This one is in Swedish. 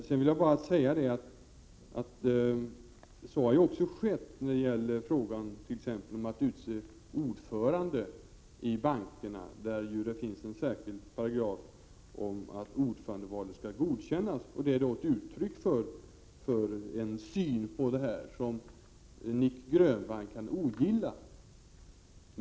Sedan vill jag bara säga att så ju också har skett när det gäller t.ex. frågan om att utse ordförande i bankernas styrelser. Det finns ju en särskild paragraf om att ordförandevalet skall godkännas. Det är då ett uttryck för en syn på detta som Nic Grönvall kan ogilla.